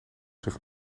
zich